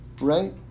right